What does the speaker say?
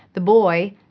the boy,